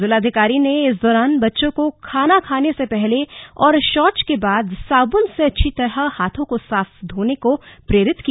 जिलाधिकारी ने इस दौरान बच्चों को खाना खाने से पहले और शौच के बाद साबून से अच्छी तरह हाथों को साफ धोने को प्रेरित किया